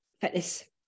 fitness